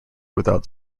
without